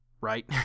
right